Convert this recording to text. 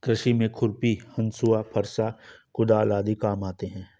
कृषि में खुरपी, हँसुआ, फरसा, कुदाल आदि काम आते है